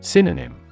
Synonym